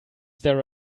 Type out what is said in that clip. there